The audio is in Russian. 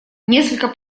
несколько